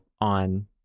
on